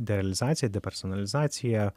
derealizacija depersonalizacija